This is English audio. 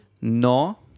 no